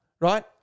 right